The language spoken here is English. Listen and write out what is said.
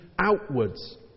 outwards